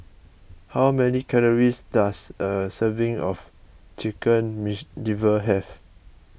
how many calories does a serving of Chicken Liver have